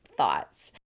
thoughts